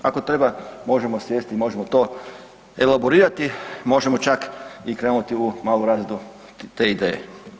Ako treba možemo sjesti i možemo to elaborirati, možemo čak krenuti u malu razradu te ideje.